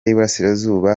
y’iburasirazuba